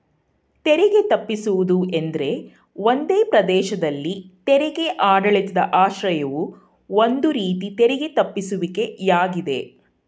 ತೆರಿಗೆ ತಪ್ಪಿಸುವುದು ಎಂದ್ರೆ ಒಂದೇ ಪ್ರದೇಶದಲ್ಲಿ ತೆರಿಗೆ ಆಡಳಿತದ ಆಶ್ರಯವು ಒಂದು ರೀತಿ ತೆರಿಗೆ ತಪ್ಪಿಸುವಿಕೆ ಯಾಗಿದೆ